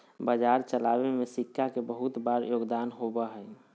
बाजार चलावे में सिक्का के बहुत बार योगदान होबा हई